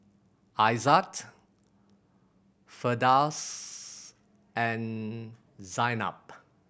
Aizat Firdaus and Zaynab